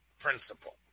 principle